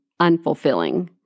unfulfilling